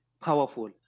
powerful